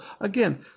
again